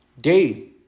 day